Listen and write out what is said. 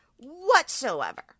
Whatsoever